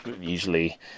Usually